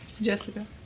Jessica